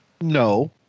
No